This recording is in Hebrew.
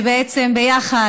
שבעצם ביחד,